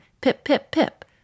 pip-pip-pip